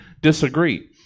disagree